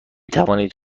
توانید